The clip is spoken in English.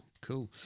Cool